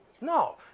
No